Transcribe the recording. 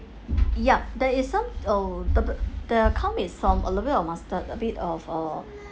yup there is some oh the the clam is from a little of mustard a bit of uh